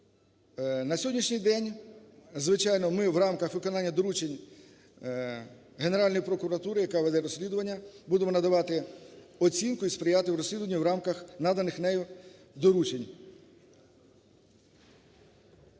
На сьогоднішній день, звичайно, ми в рамках виконання доручень Генеральної прокуратури, яка веде розслідування, будемо надавати оцінку і сприяти розслідуванню в рамках наданих нею доручень.